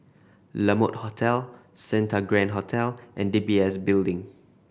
La Mode Hotel Santa Grand Hotel and D B S Building